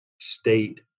state